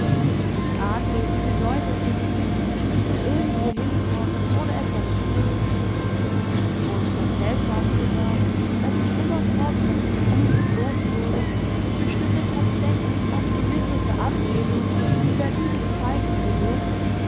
ich ahnte sie bedeutete mir ich müßte irgendwohin kommen oder etwas tun und das seltsamste war daß ich immerfort das gefühl nicht los wurde es bestünde tatsächlich eine gewisse verabredung zu der dieses zeichen gehörte